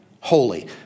holy